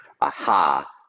aha